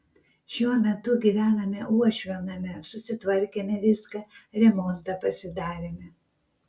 šiuo metu gyvename uošvio name susitvarkėme viską remontą pasidarėme